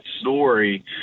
story